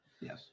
Yes